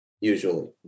usually